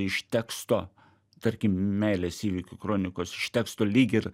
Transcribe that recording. iš teksto tarkim meilės įvykių kronikos iš teksto lyg ir